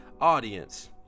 audience